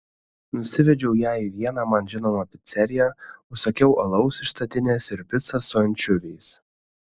nusivedžiau ją į vieną man žinomą piceriją užsakiau alaus iš statinės ir picą su ančiuviais